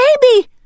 Baby